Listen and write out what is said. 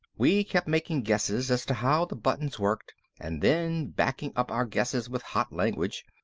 we kept making guesses as to how the buttons worked and then backing up our guesses with hot language.